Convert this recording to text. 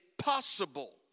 possible